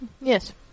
Yes